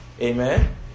amen